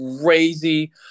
crazy